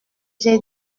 j’ai